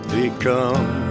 become